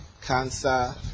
Cancer